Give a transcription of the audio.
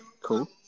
Cool